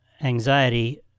anxiety